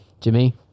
jimmy